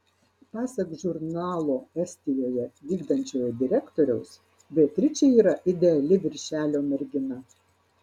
pasak žurnalo estijoje vykdančiojo direktoriaus beatričė yra ideali viršelio mergina